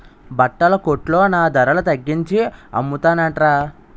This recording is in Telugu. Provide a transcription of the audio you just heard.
బట్టల కొట్లో నా ధరల తగ్గించి అమ్మతన్రట